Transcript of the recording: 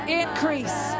increase